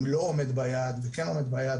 אם הוא לא עומד ביעד או כן עומד ביעד,